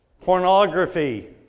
pornography